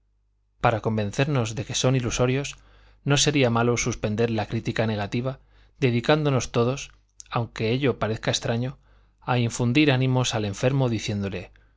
para convencernos de que son ilusorios no sería malo suspender la crítica negativa dedicándonos todos aunque ello parezca extraño a infundir ánimos al enfermo diciéndole